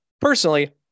Personally